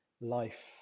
life